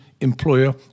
employer